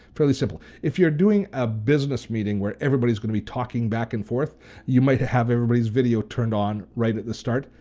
fairly simple. if you're doing a business meeting where everybody's gonna be talking back and forth you might have everybody's video turned on right at the start,